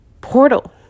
portal